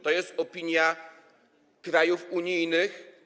To jest opinia krajów unijnych.